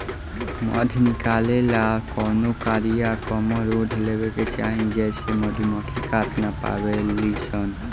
मध निकाले ला कवनो कारिया कमर ओढ़ लेवे के चाही जेसे मधुमक्खी काट ना पावेली सन